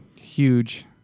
huge